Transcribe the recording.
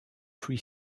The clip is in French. free